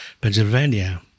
Pennsylvania